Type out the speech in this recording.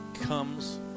comes